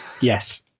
yes